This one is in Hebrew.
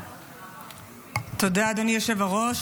תודה, אדוני היושב-ראש.